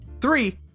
Three